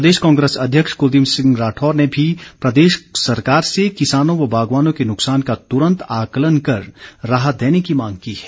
प्रदेश कांग्रेस अध्यक्ष कुलदीप सिंह राठौर ने भी प्रदेश सरकार से किसानों व बागवानों के नुकसान का तुरंत आंकलन कर राहत देने की मांग की है